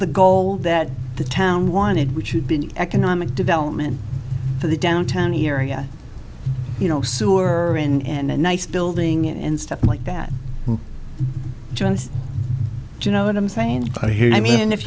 the goal that the town wanted which would be economic development for the downtown area you know sewer in a nice building and stuff like that joins you know what i'm saying here i mean if